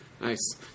nice